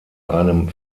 einem